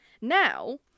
Now